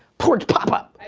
porridge pop up.